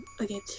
Okay